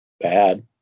bad